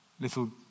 little